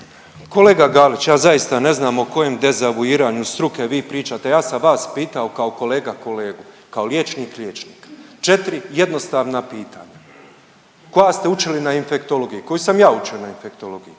Kolega Galić, ja zaista ne znam o kojem dezavuiranju struke vi pričate, ja sam vas pitao kao kolega kolegu, kao liječnik liječnika 4 jednostavna pitanja koja ste učili na infektologiji, koje sam ja učio na infektologiji.